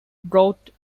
brought